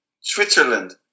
Switzerland